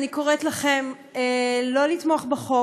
אני קוראת לכם שלא לתמוך בחוק.